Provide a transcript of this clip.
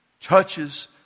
Touches